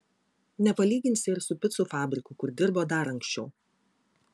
nepalyginsi ir su picų fabriku kur dirbo dar anksčiau